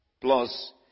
Plus